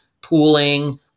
pooling